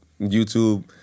YouTube